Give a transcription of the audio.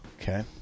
Okay